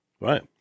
Right